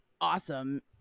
Awesome